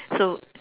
so